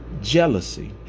Jealousy